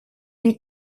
une